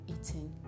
eating